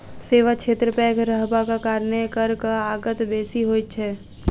सेवा क्षेत्र पैघ रहबाक कारणेँ करक आगत बेसी होइत छै